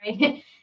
right